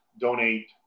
donate